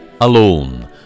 alone